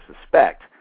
suspect